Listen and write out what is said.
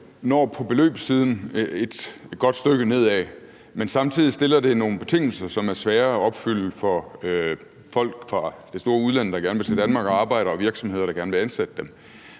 når på beløbssiden et godt stykke nedad, men samtidig stiller det nogle betingelser, som er svære at opfylde for folk fra det store udland, der gerne vil til Danmark at arbejde, og for virksomheder, der gerne vil ansætte dem.